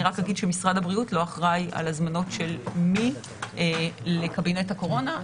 אני רק אגיד שמשרד הבריאות לא אחראי על הזמנות של מי לקבינט הקורונה.